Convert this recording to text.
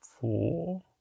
four